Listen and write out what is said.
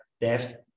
death